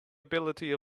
ability